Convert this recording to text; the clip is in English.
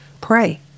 Pray